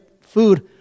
food